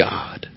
God